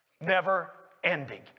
never-ending